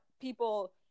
people